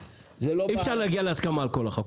אי-אפשר להגיע להסכמה על הכול.